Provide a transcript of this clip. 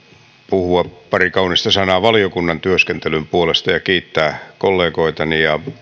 puhua pari kaunista sanaa valiokunnan työskentelyn puolesta ja kiittää kollegoitani ja